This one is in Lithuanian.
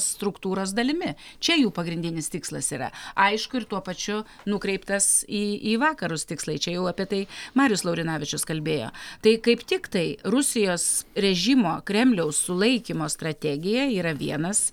struktūros dalimi čia jų pagrindinis tikslas yra aišku ir tuo pačiu nukreiptas į į vakarus tikslai čia jau apie tai marius laurinavičius kalbėjo tai kaip tiktai rusijos režimo kremliaus sulaikymo strategija yra vienas